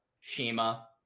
shima